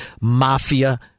mafia